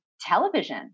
television